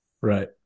Right